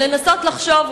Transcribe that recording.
ולנסות ולחשוב,